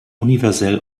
universell